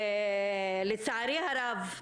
לצערי הרב,